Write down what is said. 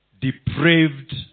depraved